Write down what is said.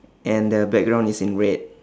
and the background is in red